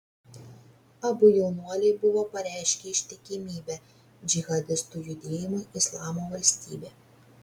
abu jaunuoliai buvo pareiškę ištikimybę džihadistų judėjimui islamo valstybė